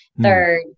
Third